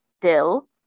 dill